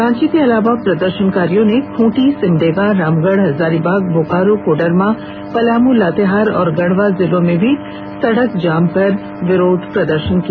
रांची के अलावा प्रदर्शनकारियों ने खूंटी सिमडेगा रामगढ़ हजारीबाग बोकारो कोर्डरमा पलाम लातेहार और गढ़वा आदि जिलों में भी सड़क जाम कर विरोध जताया